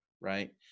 right